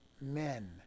men